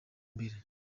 mbere